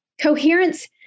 Coherence